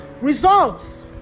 Results